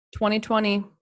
2020